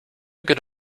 good